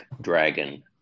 Dragon